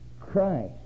Christ